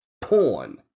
porn